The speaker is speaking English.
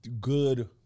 good